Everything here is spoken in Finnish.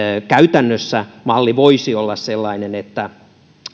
käytännössä malli voisi olla sellainen että